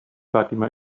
fatima